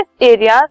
areas